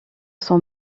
son